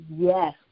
yes